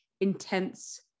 intense